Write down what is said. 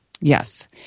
yes